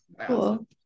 cool